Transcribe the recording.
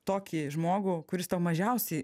tokį žmogų kuris to mažiausiai